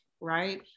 right